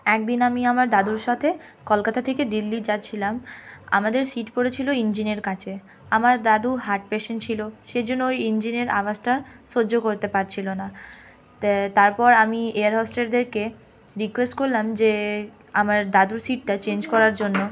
একদিন আমি আমার দাদুর সাথে কলকাতা থেকে দিল্লি যাচ্ছিলাম আমাদের সিট পড়েছিল ইঞ্জিনের কাছে আমার দাদু হার্ট পেশেন্ট ছিল সেই জন্য ওই ইঞ্জিনের আওয়াজটা সহ্য করতে পারছিল না তা তারপর আমি এয়ারহোস্টেসদেরকে রিকোয়েস্ট করলাম যে আমার দাদুর সিটটা চেঞ্জ করার জন্য